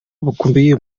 bukubiye